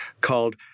Called